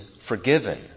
forgiven